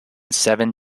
seven